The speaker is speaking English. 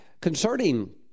Concerning